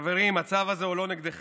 חברים, הצו הזה הוא לא נגדכם,